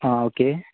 हा ओके